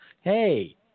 hey –